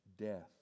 death